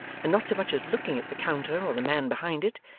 and not so much as looking at the counter or the man behind it,